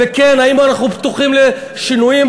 האם אנחנו פתוחים לשינויים?